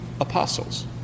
apostles